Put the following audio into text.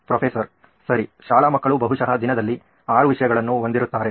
professor ಸರಿ ಶಾಲಾ ಮಕ್ಕಳು ಬಹುಶಃ ದಿನದಲ್ಲಿ 6 ವಿಷಯಗಳನ್ನು ಹೊಂದಿರುತ್ತರೆ